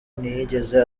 ntiyigeze